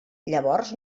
llavors